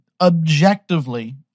objectively